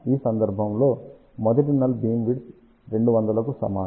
ఈ సందర్భంలో మొదటి నల్ బీమ్ విడ్త్ 200 కు సమానం